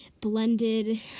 blended